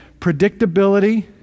predictability